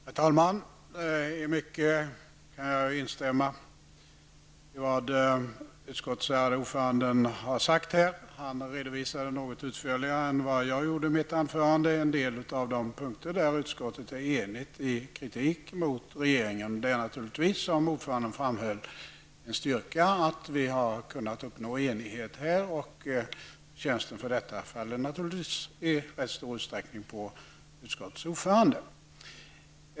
Herr talman! I mycket kan jag instämma i vad utskottets ärade ordförande här har sagt. Han redovisade något utförligare än vad jag gjorde i mitt anförande en del av de punkter där utskottet är enigt i sin kritik mot regeringen. Det är naturligtvis, som ordföranden framhöll, en styrka att vi har kunnat uppnå enighet härvidlag, och förtjänsten för detta faller naturligtvis i rätt stor utsträckning på utskottets ordförande.